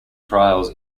trials